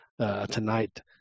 tonight